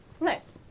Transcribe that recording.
Nice